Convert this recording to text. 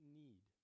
need